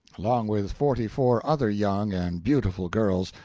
along with forty-four other young and beautiful girls,